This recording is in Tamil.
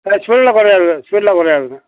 இல்லை ஸ்பீட்டெலாம் குறையாது ஸ்பீட்டெலாம் குறையாதுங்க